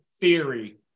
theory